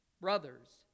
Brothers